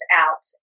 out